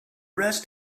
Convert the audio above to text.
rest